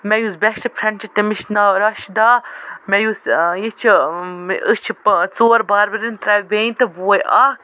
مےٚ یُس best friend چھِ تٔمِس چھِ ناو راشِداہ مےٚ یُس یہِ چھِ أسۍ چھِ ژور باربٔرٕنۍ ترٛےٚ بٮ۪نہِ تہٕ بوے اَکھ